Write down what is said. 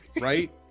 Right